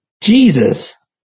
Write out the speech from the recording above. Jesus